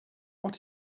what